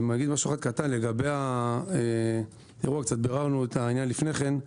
ביררנו את העניין לפני כן.